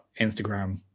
Instagram